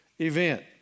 event